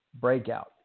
breakout